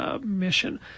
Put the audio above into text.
mission